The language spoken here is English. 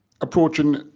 approaching